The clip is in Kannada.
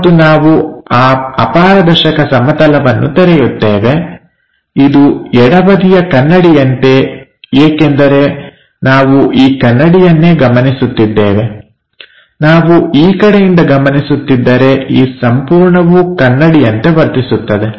ಮತ್ತು ನಾವು ಆ ಅಪಾರದರ್ಶಕ ಸಮತಲವನ್ನು ತೆರೆಯುತ್ತೇವೆ ಇದು ಎಡಬದಿಯ ಕನ್ನಡಿಯಂತೆ ಏಕೆಂದರೆ ನಾವು ಈ ಕನ್ನಡಿಯನ್ನೇ ಗಮನಿಸುತ್ತಿದ್ದೇವೆ ನಾವು ಈ ಕಡೆಯಿಂದ ಗಮನಿಸುತ್ತಿದ್ದರೆ ಈ ಸಂಪೂರ್ಣವೂ ಕನ್ನಡಿಯಂತೆ ವರ್ತಿಸುತ್ತದೆ